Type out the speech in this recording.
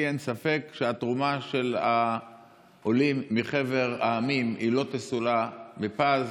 לי אין ספק שהתרומה של העולים מחבר המדינות לא תסולא בפז.